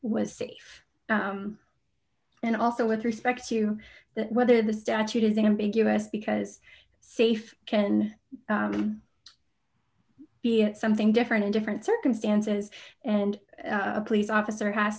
was safe and also with respect to that whether the statute is ambiguous because safe can be something different in different circumstances and a police officer has